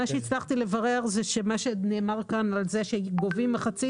מה שהצלחתי לברר זה שמה שנאמר כאן על זה שגובים מחצית,